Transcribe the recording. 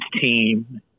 team